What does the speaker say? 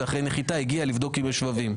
זה אחרי נחיתה, בודקים אם יש שבבים.